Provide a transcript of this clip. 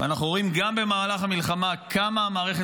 אנחנו רואים גם במהלך המלחמה כמה המערכת